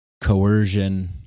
Coercion